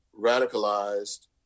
radicalized